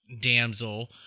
damsel